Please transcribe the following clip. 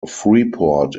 freeport